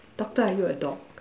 doctor are you a dog